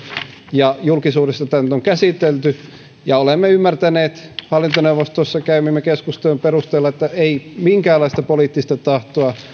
ja julkisuudessa tämä nyt on käsitelty olemme ymmärtäneet hallintoneuvostossa käymiemme keskustelujen perusteella ettei minkäänlaista poliittista tahtoa